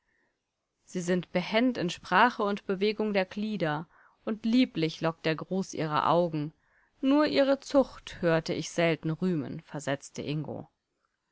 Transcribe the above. sie sind behend in sprache und bewegung der glieder und lieblich lockt der gruß ihrer augen nur ihre zucht hörte ich selten rühmen versetzte ingo